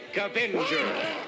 avenger